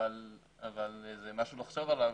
אבל זה משהו לחשוב עליו.